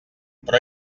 però